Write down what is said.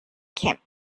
camp